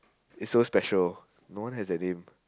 is so special no one has that name